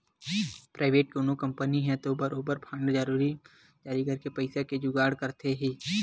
private कोनो company ह तो बरोबर बांड जारी करके पइसा के जुगाड़ करथे ही